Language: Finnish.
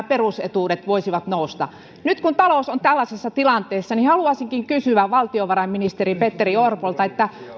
perusetuudet voisivat nousta nyt kun talous on tällaisessa tilanteessa niin haluaisinkin kysyä valtiovarainministeri petteri orpolta